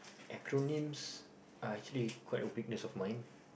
acronyms are actually quite a weakness of mine